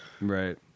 right